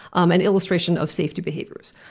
um an illustration of safety behaviors.